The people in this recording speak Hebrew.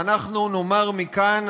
שאנחנו נאמר מכאן,